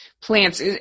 plants